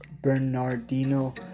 Bernardino